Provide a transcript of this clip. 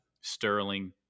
Sterling